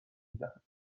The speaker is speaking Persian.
میدهند